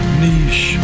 niche